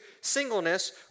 singleness